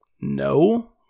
no